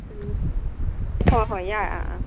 ꯎꯝ ꯍꯣꯏ ꯍꯣꯏ ꯌꯥꯏ ꯑꯥ ꯑꯥ